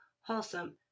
wholesome